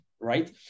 Right